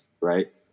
right